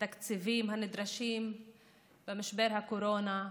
בתקציבים הנדרשים במשבר הקורונה,